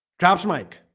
traps mike